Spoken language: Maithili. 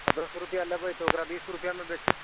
दश रुपआ लेबै तऽ ओकरा बीस रुपआ मे बेचू